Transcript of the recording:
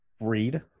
read